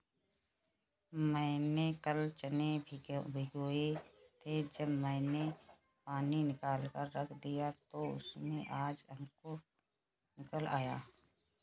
मैंने कल चने भिगोए थे जब मैंने पानी निकालकर रख दिया तो उसमें आज अंकुर निकल आए